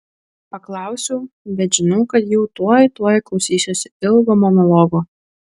paklausiau bet žinau kad jau tuoj tuoj klausysiuosi ilgo monologo